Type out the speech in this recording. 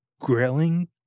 grilling